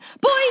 Boys